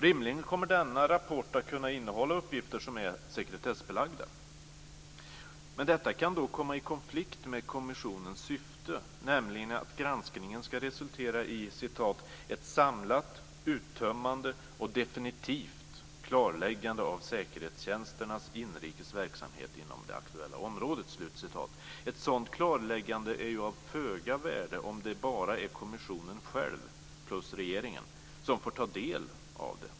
Rimligen kommer denna rapport att kunna innehålla uppgifter som är sekretessbelagda men detta kan komma i konflikt med kommissionens syfte, nämligen att granskningen ska resultera i "ett samlat, uttömmande och definitivt klarläggande av säkerhetstjänsternas inrikes verksamhet inom det aktuella området". Ett sådant klarläggande är ju av föga värde om det bara är kommissionen själv plus regeringen som får ta del av det.